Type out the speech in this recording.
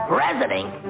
President